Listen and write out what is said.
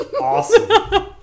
awesome